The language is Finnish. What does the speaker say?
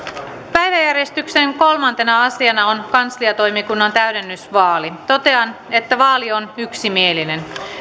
päiväjärjestyksen kolmantena asiana on kansliatoimikunnan täydennysvaali totean että vaali on yksimielinen